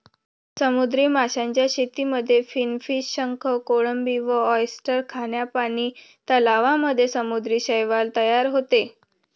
समुद्री माशांच्या शेतीमध्ये फिनफिश, शंख, कोळंबी व ऑयस्टर, खाऱ्या पानी तलावांमध्ये समुद्री शैवाल तयार होते